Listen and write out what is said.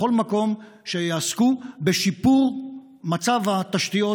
בכל מקום שיעסקו בשיפור מצב התשתיות